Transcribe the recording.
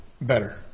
better